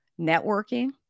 networking